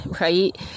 Right